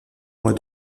mois